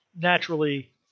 naturally